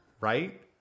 Right